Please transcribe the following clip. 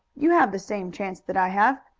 you have the same chance that i have.